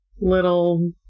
little